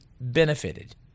benefited